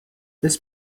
this